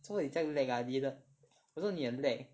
做什么你这样 lag ah 你的我说你很 lag